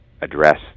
address